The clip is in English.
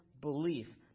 belief